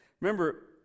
Remember